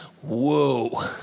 whoa